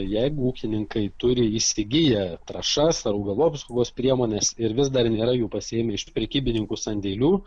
jeigu ūkininkai turi įsigiję trąšas ar augalų apsaugos priemones ir vis dar nėra jų pasiėmę iš prekybininkų sandėlių